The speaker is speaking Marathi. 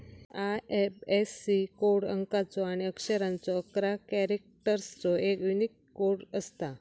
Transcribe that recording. आय.एफ.एस.सी कोड अंकाचो आणि अक्षरांचो अकरा कॅरेक्टर्सचो एक यूनिक कोड असता